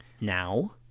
now